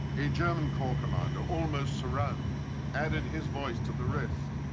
a german corps commander, almost surrounded, added his voice to the rest.